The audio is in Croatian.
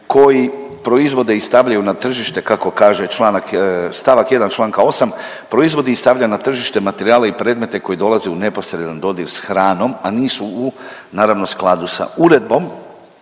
koji proizvode i stavljaju na tržište kako kaže članak, stavak 1. članka 8., proizvodi i stavlja na tržište materijale i predmete koji dolaze u neposredan dodir s hranom, a nisu u naravno skladu sa Uredbom.